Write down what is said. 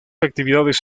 actividades